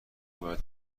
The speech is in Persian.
باید